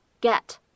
get